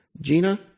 Gina